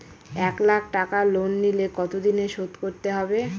এক লাখ টাকা লোন নিলে কতদিনে শোধ করতে হবে?